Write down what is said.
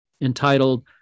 entitled